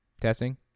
Testing